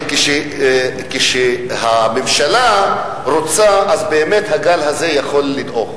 אם הממשלה רוצה הגל הזה באמת יכול לדעוך.